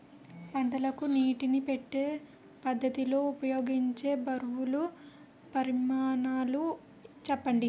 పంటలకు నీటినీ పెట్టే పద్ధతి లో ఉపయోగించే బరువుల పరిమాణాలు చెప్పండి?